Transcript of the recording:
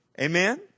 Amen